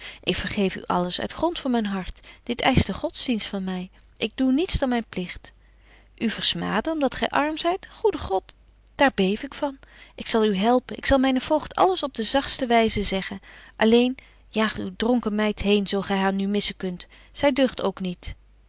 ik vergeef u alles uit grond van myn hart dit eischt de godsdienst van my ik doe niets dan myn pligt u versmaden om dat gy arm zyt goede god daar beef ik van ik zal u helpen ik zal mynen voogd alles op de zagtste wyze zeggen alleen jaag uw dronken meid heen zo gy haar nu missen kunt zy deugt ook niet